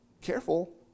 Careful